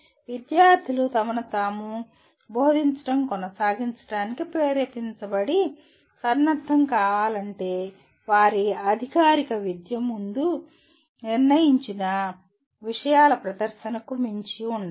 విద్యార్థులు తమను తాము బోధించడం కొనసాగించడానికి ప్రేరేపించబడి సన్నద్ధం కావాలంటే వారి అధికారిక విద్య ముందుగా నిర్ణయించిన విషయాల ప్రదర్శనకు మించి ఉండాలి